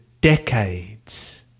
decades